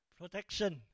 Protection